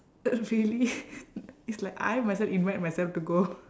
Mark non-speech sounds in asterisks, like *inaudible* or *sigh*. uh really *laughs* it's like I myself invite myself to go